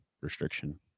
restriction